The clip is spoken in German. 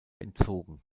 entzogen